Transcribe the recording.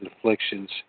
afflictions